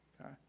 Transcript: okay